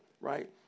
Right